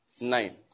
Nine